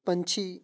ਪੰਛੀ